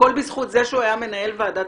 הכול בזכות זה שהוא היה מנהל ועדת